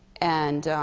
and